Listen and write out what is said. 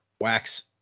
wax